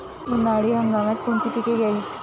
उन्हाळी हंगामात कोणती पिके घ्यावीत?